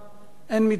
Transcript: אין מתנגדים.